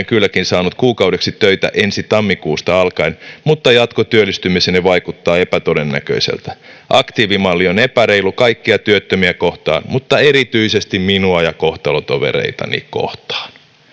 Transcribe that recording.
kylläkin saanut kuukaudeksi töitä ensi tammikuusta alkaen mutta jatkotyöllistymiseni vaikuttaa epätodennäköiseltä aktiivimalli on epäreilu kaikkia työttömiä kohtaan mutta erityisesti minua ja kohtalotovereitani kohtaan